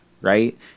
right